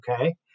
okay